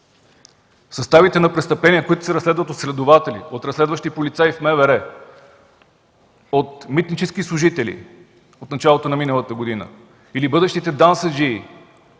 Съставите на престъпления, които се разследват от следователи, от разследващи полицаи в МВР, от митнически служители – от началото на миналата година, или от бъдещите дансаджии,